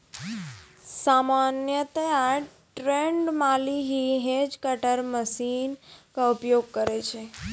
सामान्यतया ट्रेंड माली हीं हेज कटर मशीन के उपयोग करै छै